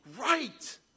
right